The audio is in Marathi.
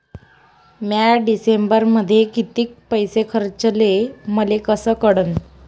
म्या डिसेंबरमध्ये कितीक पैसे खर्चले मले कस कळन?